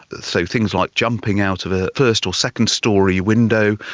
so things like jumping out of a first or second story window,